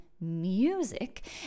music